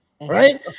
right